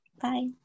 Bye